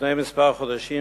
לפני כמה חודשים,